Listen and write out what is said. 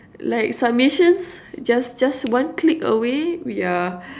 like submissions just just one click away we are